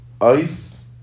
ice